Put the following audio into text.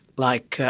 like,